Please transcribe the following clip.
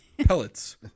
pellets